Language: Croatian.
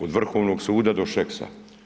Od Vrhovnog suda do Šeksa.